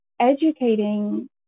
educating